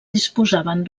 disposaven